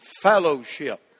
fellowship